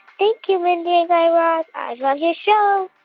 thank you, mindy and guy raz. i love your show.